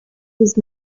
was